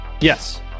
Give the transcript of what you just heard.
Yes